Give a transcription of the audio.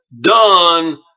done